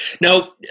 Now